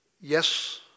Yes